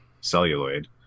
celluloid